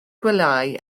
gwelyau